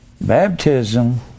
Baptism